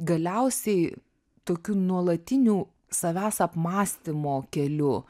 galiausiai tokiu nuolatiniu savęs apmąstymo keliu